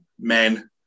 men